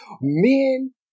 men